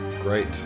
Great